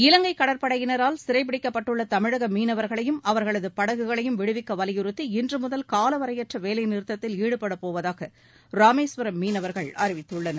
இவங்கை கடற்படையினரால் சிறைப் பிடிக்கப்பட்டுள்ள தமிழக மீனவர்களையும் அவர்களது படகுகளையும் விடுவிக்க வலியுறத்தி இன்றுமுதல் காலவரையற்ற வேலைநிறுத்தத்தில் ஈடுபடப் போவதாக ராமேஸ்வரம் மீனவர்கள் அறிவித்துள்ளனர்